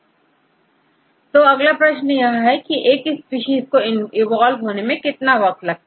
जब तो अगला प्रश्न है की एक स्पीशीज को इवॉल्व होने में कितना वक्त लगता